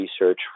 research